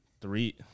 three